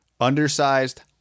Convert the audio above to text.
Undersized